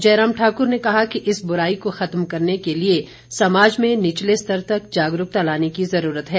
जयराम ठाकुर ने कहा कि इस बुराई को खत्म करने के लिए समाज में निचले स्तर तक जागरूकता लाने की जरूरत है